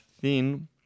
thin